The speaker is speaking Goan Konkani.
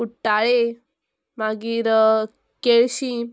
कुट्टाळे मागीर केळशीं